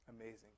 amazing